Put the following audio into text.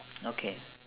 okay